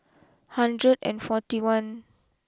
hundred and forty one